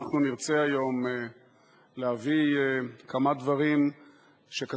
אנחנו נרצה היום להביא כמה דברים שכתבו